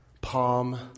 Palm